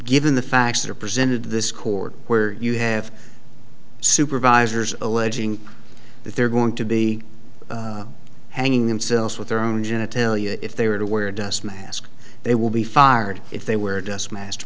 given the facts that are presented this court where you have supervisors alleging that they're going to be hanging themselves with their own genitalia if they were to wear dust mask they will be fired if they were just mas